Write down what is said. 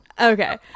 Okay